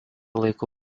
laiku